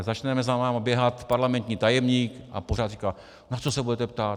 Začne za vámi běhat parlamentní tajemník a pořád říká: Na co se budete ptát?